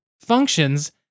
functions